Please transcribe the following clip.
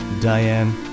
Diane